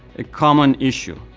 a common issue.